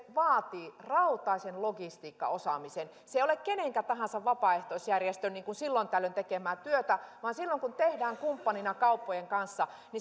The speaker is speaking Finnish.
vaatii rautaisen logistiikkaosaamisen se ei ole kenenkä tahansa vapaaehtoisjärjestön silloin tällöin tekemää työtä vaan silloin kun tehdään kumppanina kauppojen kanssa